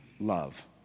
love